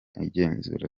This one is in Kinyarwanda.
igenzura